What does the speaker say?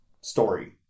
story